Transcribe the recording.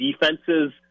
defenses